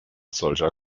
solcher